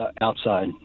outside